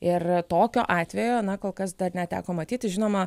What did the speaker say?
ir tokio atvejo na kol kas dar neteko matyti žinoma